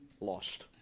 lost